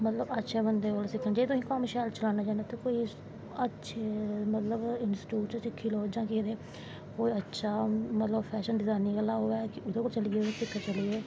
मतलव अच्छे बंदे कोल सिक्खनीं चाही दी अगर कम्म अच्छा चलानां ते अच्छे मतलव इंस्टिटूट च सिक्खी लैओ जां कोई मतलव अच्छा फैशन डिज़ाई निंग आह्ला होऐ उंदे कोल चली जाओ सिक्खन चली जाओ